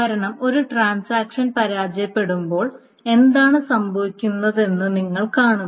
കാരണം ഒരു ട്രാൻസാക്ഷൻ പരാജയപ്പെടുമ്പോൾ എന്താണ് സംഭവിക്കുന്നതെന്ന് നിങ്ങൾ കാണുന്നു